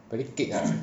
very kek ah